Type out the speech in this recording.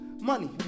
money